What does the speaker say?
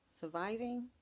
surviving